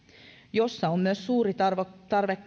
jossa on myös suuri tarve tarve